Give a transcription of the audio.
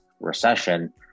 recession